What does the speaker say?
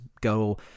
go